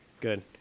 Good